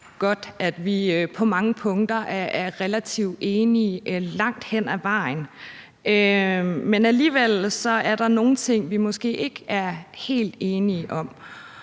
at vi på mange punkter er relativt enige langt hen ad vejen, men alligevel er der nogle ting, vi måske ikke er helt enige om,